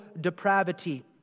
depravity